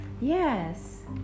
Yes